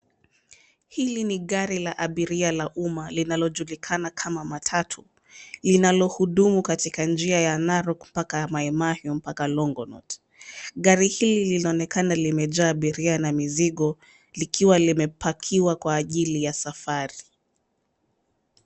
Hili ni gari la abiria la umma linalojulikana kama matatu, linalihudumu katika njia ya Narok mpaka Mai mahiu mpaka Longonot. Gari hili linaonekana limejaa abiria na mizigo, likiwa limepakiwa kwa ajili ya safari.